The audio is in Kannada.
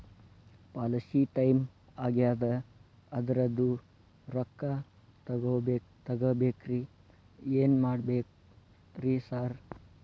ಪಾಲಿಸಿ ಟೈಮ್ ಆಗ್ಯಾದ ಅದ್ರದು ರೊಕ್ಕ ತಗಬೇಕ್ರಿ ಏನ್ ಮಾಡ್ಬೇಕ್ ರಿ ಸಾರ್?